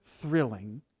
thrilling